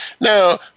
Now